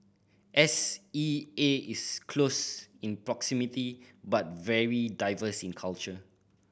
S E A is close in proximity but very diverse in culture